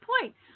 point